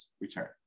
return